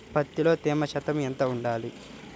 పత్తిలో తేమ శాతం ఎంత ఉండాలి?